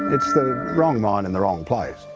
it's the wrong mine in the wrong place.